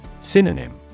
Synonym